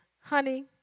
honey